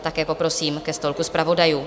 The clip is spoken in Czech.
Také poprosím ke stolku zpravodajů.